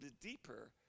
deeper